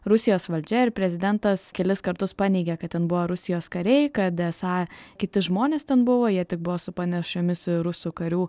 rusijos valdžia ir prezidentas kelis kartus paneigė kad ten buvo rusijos kariai kad esą kiti žmonės ten buvo jie tik buvo su panašiomis į rusų karių